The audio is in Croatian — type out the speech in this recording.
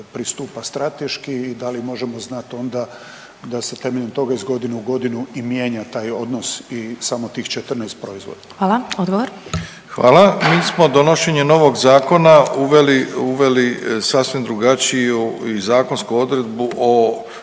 pristupa strateški i da li možemo znati onda da se temeljem toga iz godine u godinu i mijenja taj odnos i samo tih 14 proizvoda. **Glasovac, Sabina (SDP)** Hvala. Odgovor. **Milatić, Ivo** Hvala. Mi smo donošenjem novog zakona uveli, uveli sasvim drugačiju i zakonsku odredbu o